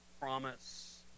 promise